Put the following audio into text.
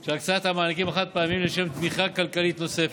של הקצאת המענקים החד-פעמיים לשם תמיכה כלכלית נוספת.